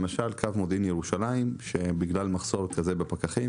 למשל קו מודיעין-ירושלים שבגלל המחסור בפקחים